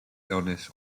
illness